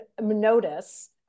notice